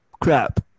crap